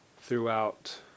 throughout